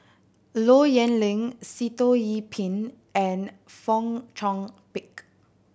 Low Yen Ling Sitoh Yih Pin and Fong Chong Pik